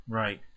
right